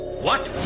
what